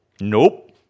Nope